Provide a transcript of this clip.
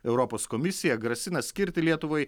europos komisija grasina skirti lietuvai